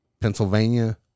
Pennsylvania